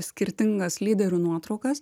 skirtingas lyderių nuotraukas